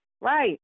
Right